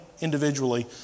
individually